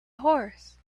horse